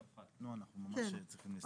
נעה, אנחנו ממש צריכים לסיים.